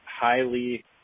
highly